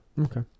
Okay